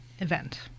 event